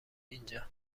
اینجا